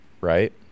right